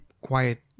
quiet